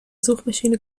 suchmaschine